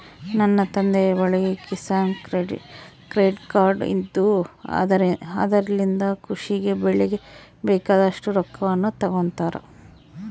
ನನ್ನ ತಂದೆಯ ಬಳಿ ಕಿಸಾನ್ ಕ್ರೆಡ್ ಕಾರ್ಡ್ ಇದ್ದು ಅದರಲಿಂದ ಕೃಷಿ ಗೆ ಬೆಳೆಗೆ ಬೇಕಾದಷ್ಟು ರೊಕ್ಕವನ್ನು ತಗೊಂತಾರ